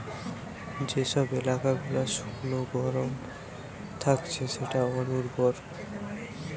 যে সব এলাকা গুলা শুকনো গরম থাকছে সেটা অনুর্বর